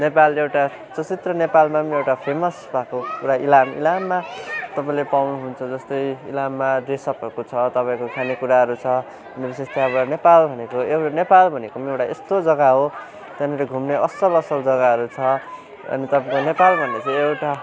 नेपाल एउटा सस्त्र नेपालमा नि एउटा फेमस भाको इलाम इलाममा तपाईँले पाउनुहुन्छ जस्तै इलाममा ड्रेसअपहरूको छ तपाईँको खानेकुराहरू छ जस्तै अब नेपाल भनेको पनि एउटा यस्तो जग्गा हो त्यहाँनिर घुम्ने असल असल जग्गाहरू छ अनि तपाईँलाई नेपाल भन्ने चाहिँ एउटा